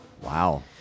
Wow